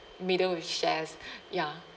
middle with shares ya